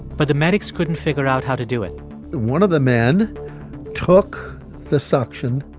but the medics couldn't figure out how to do it one of the men took the suction,